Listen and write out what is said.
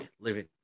living